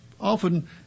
often